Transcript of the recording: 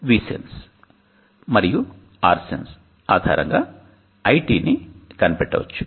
VSENSE మరియు RSENSE ఆధారంగా i T ని కనిపెట్టవచ్చు